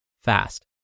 fast